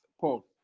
Paul